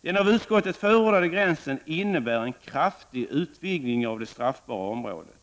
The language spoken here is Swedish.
Den av utskottet förordade gränsen innebär en kraftig utvidgning av det straffbara området.